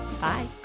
Bye